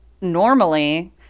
normally